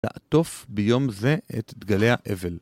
‫לעטוף ביום זה את דגלי האבל.